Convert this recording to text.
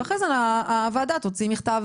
אחרי זה הוועדה תוציא מכתב,